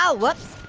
ah whoops.